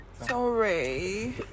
Sorry